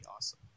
awesome